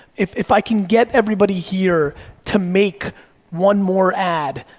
if if i can get everybody here to make one more ad,